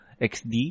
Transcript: XD